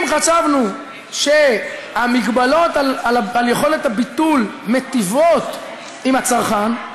אם חשבנו שהמגבלות על יכולת הביטול מיטיבות עם הצרכן,